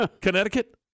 Connecticut